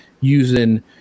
using